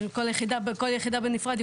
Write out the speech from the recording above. כל יחידה בנפרד,